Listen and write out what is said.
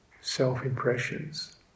Self-impressions